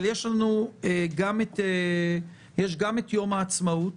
אבל יש לנו גם את יום העצמאות,